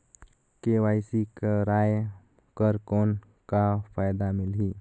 KYC कराय कर कौन का फायदा मिलही?